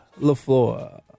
LaFleur